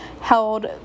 held